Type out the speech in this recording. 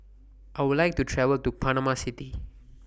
I Would like to travel to Panama City